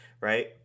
right